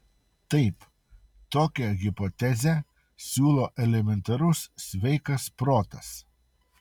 taip tokią hipotezę siūlo elementarus sveikas protas